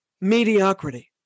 mediocrity